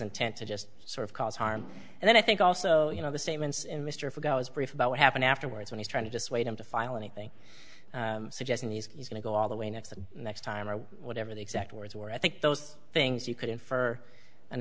intent to just sort of cause harm and then i think also you know the statements in mr forgot his brief about what happened afterwards when he's trying to dissuade him to file anything suggesting he's going to go all the way next the next time or whatever the exact words were i think those things you could infer an